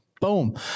Boom